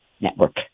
network